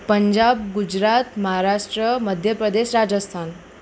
Punjab Gujarat Maharashtra Madhya Pradesh Rajasthan